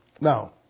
Now